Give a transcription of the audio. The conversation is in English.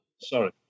Sorry